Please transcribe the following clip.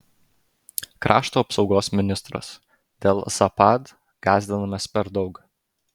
krašto apsaugos ministras dėl zapad gąsdinamės per daug